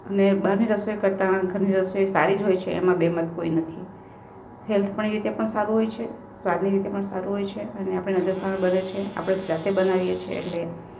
અને બહારની રસોઈ કરતા ઘરની રસોઈ સારી જ હોય છે એમાં બે મત કોઈ નથી હેલ્થ પણ રીતે પણ સારું હોય છે સ્વાદની રીતે પણ સારું હોય છે અને આપણી નજર સામે બને છે આપણે જાતે બનાવીએ છીએ એટલે